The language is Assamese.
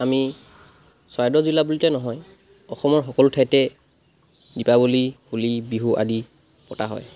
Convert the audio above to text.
আমি চৰাইদেউ জিলা বুলিতে নহয় অসমৰ সকলো ঠাইতে দীপাৱলী হোলী বিহু আদি পতা হয়